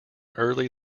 early